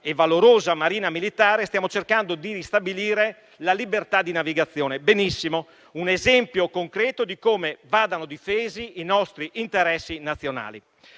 e valorosa Marina militare stiamo cercando di ristabilire la libertà di navigazione. Benissimo: un esempio concreto di come vadano difesi i nostri interessi nazionali.